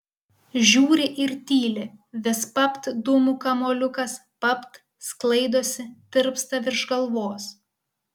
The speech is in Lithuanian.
žiūri ir tyli vis papt dūmų kamuoliukas papt sklaidosi tirpsta virš galvos